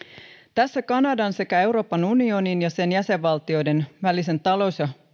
tässä kanadan sekä euroopan unionin ja sen jäsenvaltioiden välisessä talous ja